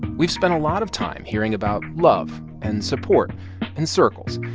we've spent a lot of time hearing about love and support and circles.